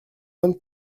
vingt